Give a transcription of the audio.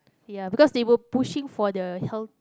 ya because they were pushing for the health